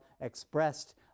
expressed